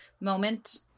moment